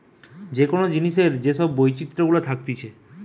যে কোন জিনিসের যে সব বৈচিত্র গুলা থাকতিছে